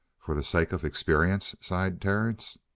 for the sake of experience? sighed terence.